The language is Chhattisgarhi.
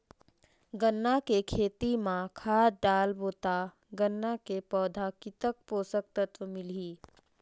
गन्ना के खेती मां खाद डालबो ता गन्ना के पौधा कितन पोषक तत्व मिलही?